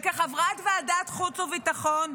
וכחברת ועדת החוץ והביטחון,